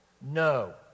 No